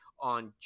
on